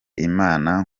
imana